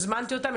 הזמנתי אותם.